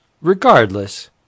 regardless